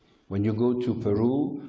when you go to peru,